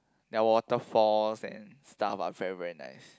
their waterfalls and stuff are very very nice